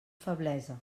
feblesa